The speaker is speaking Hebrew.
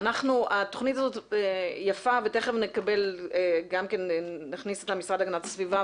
התוכנית הזאת יפה ותכף נשמע את המשרד להגנת הסביבה,